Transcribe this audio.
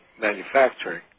manufacturing